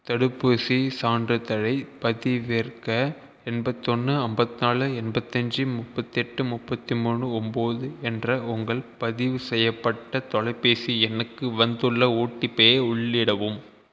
தடுப்பூசி சான்றிதழைப் பதிவிறக்க எண்பதொன்னு ஐம்பத்நாலு எண்பத்தஞ்சி முப்பத்தெட்டு முப்பத்தி மூணு ஒம்பது என்ற உங்கள் பதிவு செய்யப்பட்ட தொலைபேசி எண்ணுக்கு வந்துள்ள ஓடிபிஐ உள்ளிடவும்